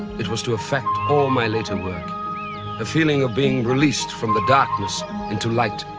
it was to affect all my later work a feeling of being released from the darkness into light,